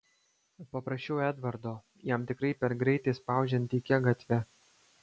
paprašiau edvardo jam tikrai per greitai spaudžiant tykia gatve